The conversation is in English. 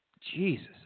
Jesus